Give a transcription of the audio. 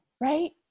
right